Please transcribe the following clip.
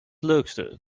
leukste